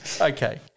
Okay